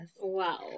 wow